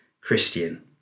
christian